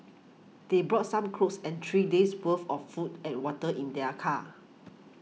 they brought some clothes and three days' worth of food and water in their car